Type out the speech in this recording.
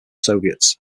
soviets